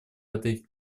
этой